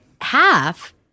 half